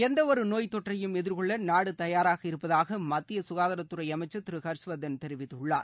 எந்தவொரு நோய்த்தொற்றையும் எதிர்கொள்ள நாடு தயாராக இருப்பதாக மத்திய குகாதாரத்துறை அமைச்சர் திரு ஹர்ஷ்வர்தன் தெரிவித்துள்ளார்